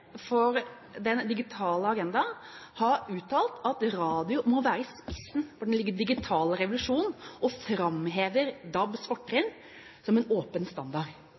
for den digitale agenda, har uttalt at radio må være i spissen for den digitale revolusjonen, og man framhever DABs fortrinn som en åpen standard.